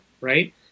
right